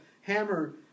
hammer